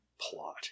plot